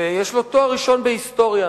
ויש לו תואר ראשון בהיסטוריה.